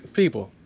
people